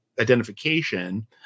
identification